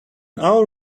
our